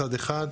מצד אחד.